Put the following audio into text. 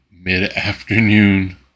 mid-afternoon